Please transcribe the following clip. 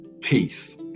Peace